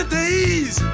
days